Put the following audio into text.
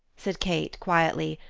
said kate, quietly,